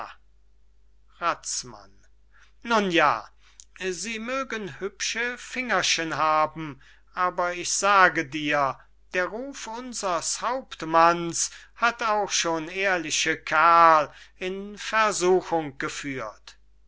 razmann nun ja sie mögen hübsche fingerchen haben aber ich sage dir der ruf unsers hauptmanns hat auch schon ehrliche kerls in versuchung geführt